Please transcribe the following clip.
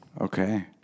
Okay